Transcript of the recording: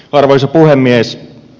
arvoisa puhemies